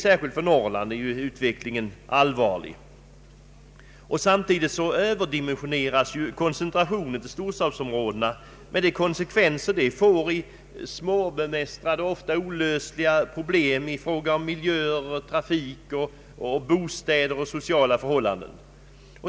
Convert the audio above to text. Särskilt för Norrland är utvecklingen allvarlig. Samtidigt överdimensioneras koncentrationen till storstadsområdena med de konsekvenser detta får i form av svårbemästrade, ofta olösliga problem i fråga om miljö, trafik, bostäder och sociala förhållanden.